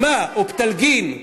מה, אופטלגין?